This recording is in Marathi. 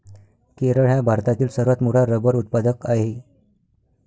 केरळ हा भारतातील सर्वात मोठा रबर उत्पादक आहे